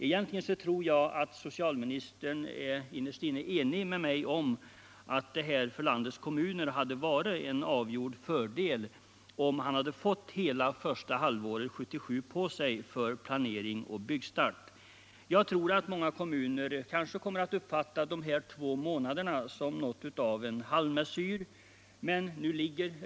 Egentligen tror jag att socialministern är enig med mig om utt det för landets kommuner hade varit till fördel, om de hade fått hela första halvåret 1977 på sig för planering och byggstart. Jag tror att många kommuner kommer att uppfatta de här två månaderna som något av en halvmesyr.